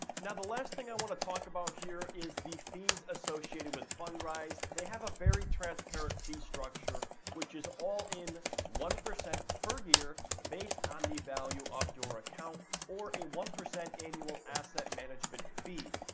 now, the last thing i want to talk about here is the fees associated with fundrise. they have a very transparent fee structure which is all in one percent per year based on the value of your account, or a one percent annual asset management fee.